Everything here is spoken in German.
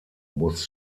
muss